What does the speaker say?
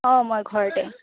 অঁ মই ঘৰতে